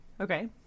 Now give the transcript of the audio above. okay